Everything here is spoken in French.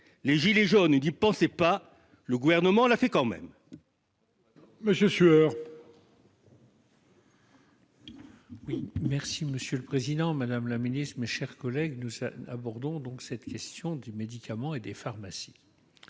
les gilets jaunes n'y pensaient pas, le Gouvernement l'a fait quand même